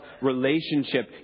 relationship